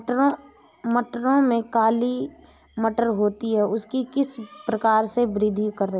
मटरों में जो काली मटर होती है उसकी किस प्रकार से वृद्धि करें?